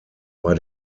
war